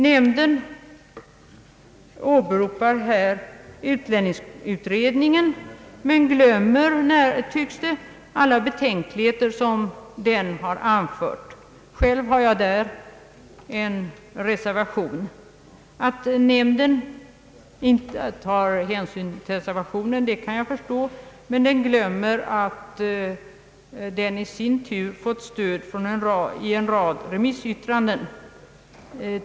Nämnden åberopar här utlänningsutredningen men glömmer alla betänkligheter som den har anfört. Själv har jag där anfört en reservation. Att nämnden inte tar hänsyn till reservationen kan jag förstå, men den tar inte hänsyn till att reservationen i sin tur fått stöd i en rad remissyttranden.